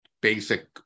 basic